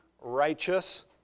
righteous